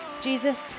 Jesus